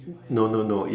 no no no if